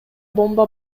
бомба